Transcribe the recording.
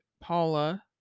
paula